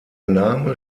name